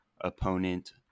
opponent